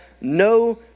no